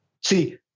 see